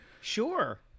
Sure